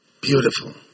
beautiful